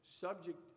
subject